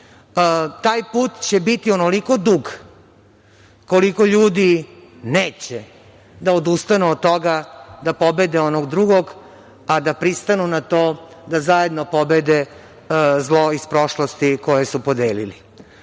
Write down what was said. put će biti onoliko dug koliko ljudi neće da odustane od toga da pobede onog drugog, a da pristanu na to da zajedno pobede zlo iz prošlosti koje su podelili.I